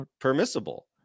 permissible